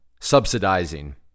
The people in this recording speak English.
subsidizing